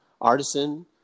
artisan